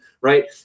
right